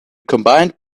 combined